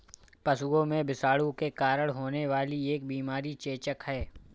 पशुओं में विषाणु के कारण होने वाली एक बीमारी चेचक है